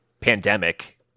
pandemic